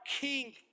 king